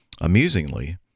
Amusingly